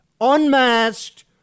unmasked